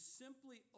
simply